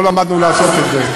לא למדנו לעשות את זה.